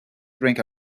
drink